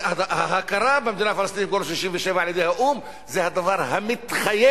ההכרה במדינה הפלסטינית בגבולות 67' על-ידי האו"ם זה הדבר המתחייב,